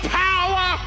power